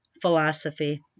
philosophy